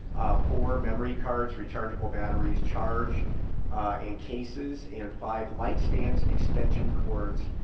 four memory cards, rechargeable batteries, charge and cases and five light stands, extension cords,